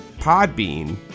Podbean